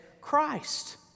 Christ